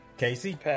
Casey